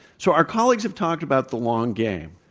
so, our colleagues have talked about the long game.